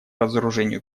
разоружению